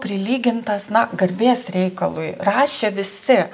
prilygintas na garbės reikalui rašė visi